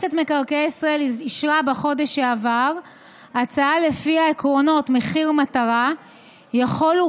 מועצת מקרקעי ישראל אישרה בחודש שעבר הצעה שלפיה עקרונות מחיר מטרה יחולו